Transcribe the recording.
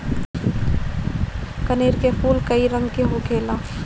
कनेर के फूल कई रंग के होखेला